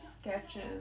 sketches